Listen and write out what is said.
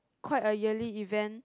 quite a yearly event